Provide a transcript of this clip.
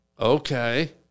Okay